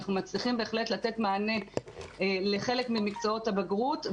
אנחנו מצליחים בהחלט לתת מענה לחלק ממקצועות הבגרות,